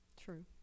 True